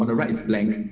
and right slink